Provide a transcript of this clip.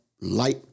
light